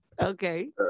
okay